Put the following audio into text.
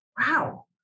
wow